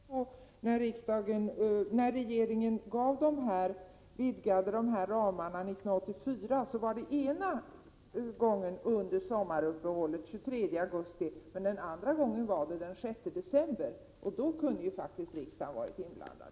Herr talman! Jag vill också säga till Nils Nordh att jag tror att det med god planering går att undvika sådana svårigheter. Om man ser efter när regeringen gav vidgade ramar 1984, finner man att det ena gången skedde under sommaruppehållet, nämligen den 23 augusti. Men den andra gången var det den 6 december, och då kunde faktiskt riksdagen ha varit inblandad.